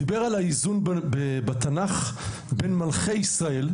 הוא דיבר על האיזון בתנ״ך בין מלכי ישראל,